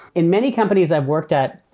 in many companies i've worked at,